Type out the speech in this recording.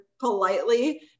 Politely